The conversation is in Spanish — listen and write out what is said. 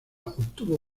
obtuvo